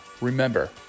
Remember